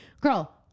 Girl